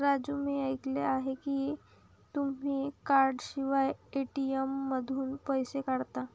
राजू मी ऐकले आहे की तुम्ही कार्डशिवाय ए.टी.एम मधून पैसे काढता